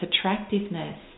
attractiveness